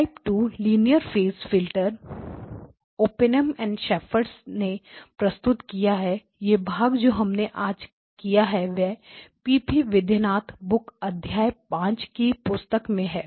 type 2 linear phase filter Oppenheim and Schafer ने प्रस्तुत किया है वह भाग जो हमने आज किया वह PP Vaidyanathan's book अध्याय 5 की पुस्तक में है